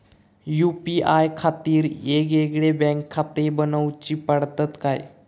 UPI खातीर येगयेगळे बँकखाते बनऊची पडतात काय?